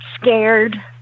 scared